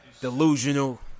delusional